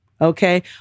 okay